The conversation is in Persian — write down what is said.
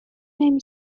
نمی